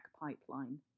pipeline